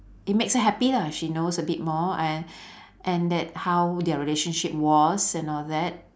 it makes her happy lah if she knows a bit more and and that how their relationship was and all that